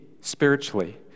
spiritually